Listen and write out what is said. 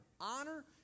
Honor